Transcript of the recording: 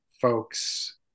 folks